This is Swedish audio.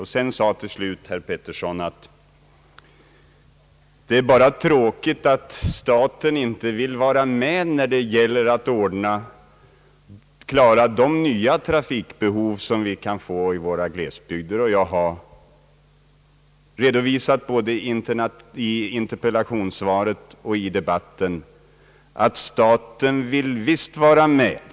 Herr Erik Filip Petersson framhöll, att det var tråkigt att staten inte vill vara med när det gäller att tillfredsställa de nya trafikbehov som kan uppkomma i våra glesbygder. Jag har både i interpellationssvaret och i debatten redovisat, att staten visst vill vara med.